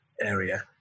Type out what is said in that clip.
area